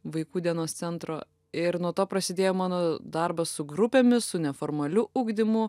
vaikų dienos centro ir nuo to prasidėjo mano darbas su grupėmis su neformaliu ugdymu